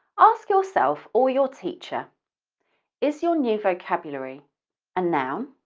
ask yourself or your teacher is your new vocabulary a noun,